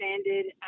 standard